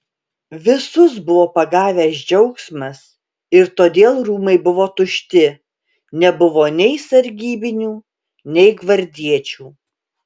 visus buvo pagavęs džiaugsmas ir todėl rūmai buvo tušti nebuvo nei sargybinių nei gvardiečių